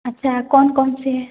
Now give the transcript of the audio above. अच्छा कौन कौन सी है